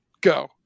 Go